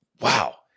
wow